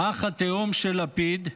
האח התאום של לפיד,